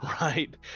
Right